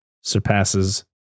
surpasses